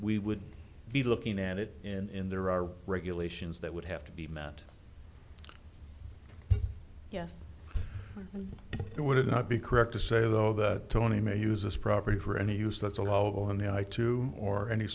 we would be looking at it in there are regulations that would have to be met yes and it would not be correct to say though that tony may use this property for any use that's allowable in the i two or any